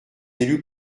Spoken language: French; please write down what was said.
élus